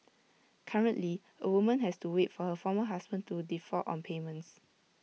currently A woman has to wait for her former husband to default on payments